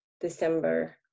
december